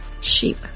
sheep